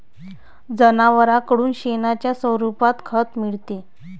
जनावरांकडून शेणाच्या स्वरूपात खत मिळते